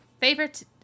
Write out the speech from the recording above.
Favorite